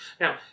Now